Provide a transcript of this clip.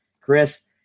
Chris